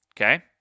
Okay